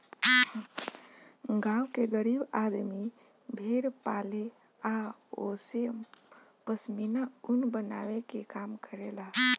गांव के गरीब आदमी भेड़ पाले आ ओसे पश्मीना ऊन बनावे के काम करेला